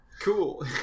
Cool